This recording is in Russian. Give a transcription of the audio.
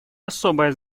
особое